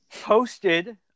posted